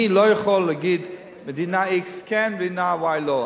אני לא יכול להגיד, מדינה x כן ומדינה y לא.